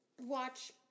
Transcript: watch